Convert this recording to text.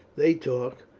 they talk.